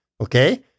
Okay